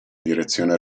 direzione